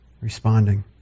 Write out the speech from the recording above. responding